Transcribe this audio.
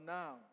now